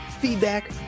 feedback